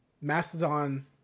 mastodon